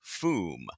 FOOM